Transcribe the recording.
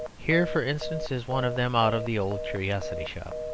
here for instance is one of them out of the old curiosity shop.